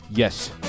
Yes